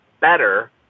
better